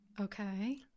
Okay